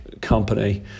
company